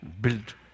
build